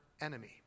enemy